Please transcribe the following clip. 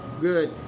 Good